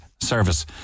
service